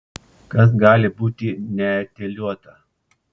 kas gali būti neetiliuota